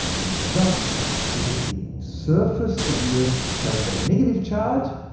and the result is that the surface of the earth carries a negative charge,